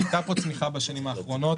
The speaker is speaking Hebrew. הייתה פה צמיחה בשנים האחרונות,